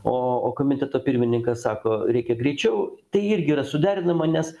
o o komiteto pirmininkas sako reikia greičiau tai irgi yra suderinama nes